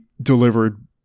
delivered